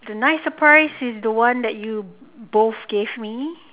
the nice surprise is the one that you both gave me